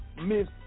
Miss